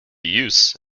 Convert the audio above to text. use